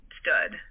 stood